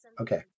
Okay